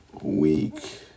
week